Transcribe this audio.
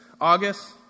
August